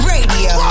Radio